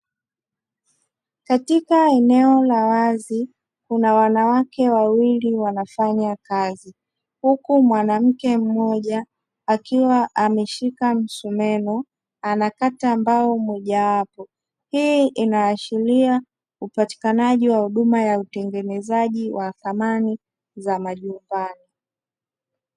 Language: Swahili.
Katika eneo la wazi kuna wanawake wawili wanafanya kazi huku mwanamke mmoja akiwa ameshika msumeno anakata mbao mojawapo, hii inaashiria upatikanaji wa huduma ya utengenezaji wa thamani za majumbani.